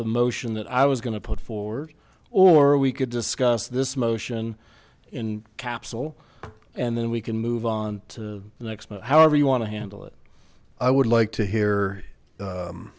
the motion that i was going to put forward or we could discuss this motion in a capsule and then we can move on to the next however you want to handle it i would like to